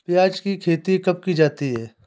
प्याज़ की खेती कब की जाती है?